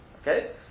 Okay